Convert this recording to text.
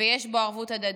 ויש בו ערבות הדדית,